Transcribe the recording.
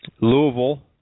Louisville